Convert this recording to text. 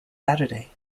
saturday